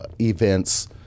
events